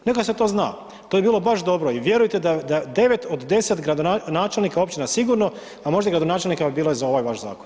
Neka se to zna, to bi bilo baš dobro i vjerujte da 9 od 10 načelnika općina sigurno a možda i gradonačelnika bi bilo za ovaj vaš zakon.